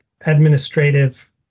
administrative